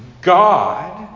God